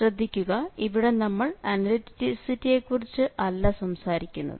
ശ്രദ്ധിക്കുക ഇവിടെ നമ്മൾ അനലിറ്റിസിറ്റിയെക്കുറിച്ച് അല്ല സംസാരിക്കുന്നത്